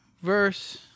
verse